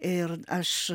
ir aš